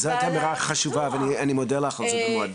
זאת אמירה חשובה ואני מודה לך על זה מאוד,